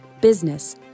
business